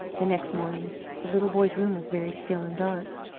the next morning the little boy's room was very still and dark.